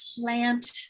plant